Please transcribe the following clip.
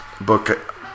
book